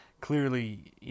Clearly